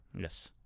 Yes